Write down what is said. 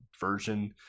version